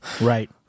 right